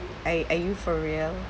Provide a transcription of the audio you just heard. are are you for real